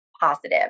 positive